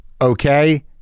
Okay